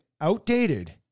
outdated